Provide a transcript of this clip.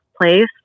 place